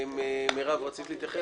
מרב, רצית להתייחס?